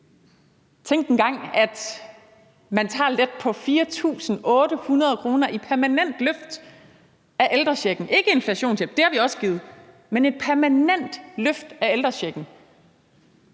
Tænk engang, at man tager let på 4.800 kr. i permanent løft af ældrechecken – ikke inflationshjælp, det har vi også givet, men et permanent løft af ældrechecken.